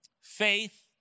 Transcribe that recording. Faith